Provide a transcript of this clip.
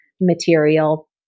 material